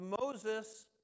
Moses